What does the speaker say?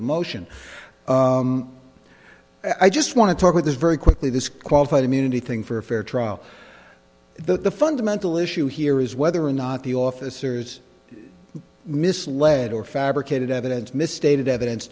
the motion i just want to talk with this very quickly this qualified immunity thing for a fair trial the fundamental issue here is whether or not the officers misled or fabricated evidence misstated evidence